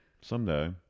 someday